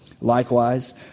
Likewise